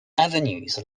avenues